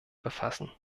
befassen